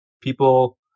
people